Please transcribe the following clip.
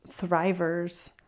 thrivers